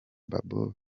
babo